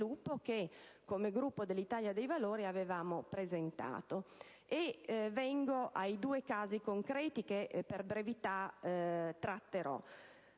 che come Gruppo dell'Italia dei Valori avevamo presentato. E vengo ai due casi concreti che per brevità tratterò.